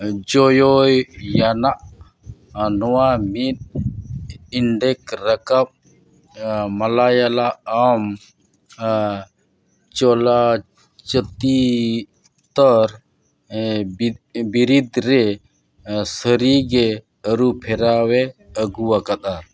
ᱡᱚᱣᱟᱱᱟᱜ ᱱᱚᱣᱟ ᱢᱤᱫ ᱰᱚᱸᱰᱮᱠ ᱨᱟᱠᱟᱵ ᱢᱟᱞᱚᱭᱟᱞᱚᱢ ᱪᱚᱞᱚᱛ ᱪᱤᱛᱟᱹᱨ ᱵᱤᱨᱤᱫ ᱨᱮ ᱥᱟᱹᱨᱤᱜᱮ ᱟᱹᱨᱩ ᱯᱷᱮᱨᱟᱣ ᱮ ᱟᱹᱜᱩᱣᱟᱠᱟᱫᱟ